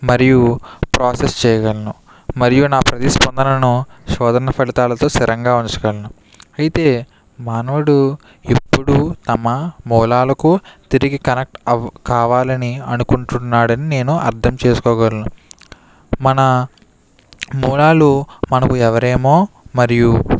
మరియు ప్రాసెస్ చేయగలను మరియు నా ప్రతిస్పందనను శోధన ఫలితాలతో స్థిరంగా ఉంచగలను అయితే మానవుడు ఎప్పుడూ తమ మూలాలకు తిరిగి కనెక్ట్ అవ్ కావాలని అనుకుంటున్నాడని నేను అర్థం చేసుకోగలను మన మూలాలు మనకు ఎవరేమో మరియు